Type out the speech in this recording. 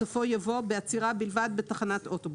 בסופו יבוא "בעצירה בלבד בתחנת אוטובוס".